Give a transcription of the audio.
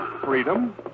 freedom